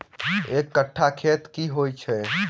एक कट्ठा खेत की होइ छै?